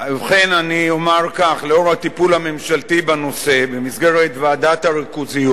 ובכן אני אומר כך: לאור הטיפול הממשלתי בנושא במסגרת ועדת הריכוזיות